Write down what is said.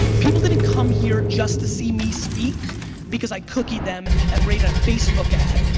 people didn't come here just to see me speak because i cookied them and ran a facebook ad.